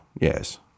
yes